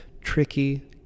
tricky